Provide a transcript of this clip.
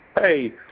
hey